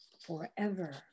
forever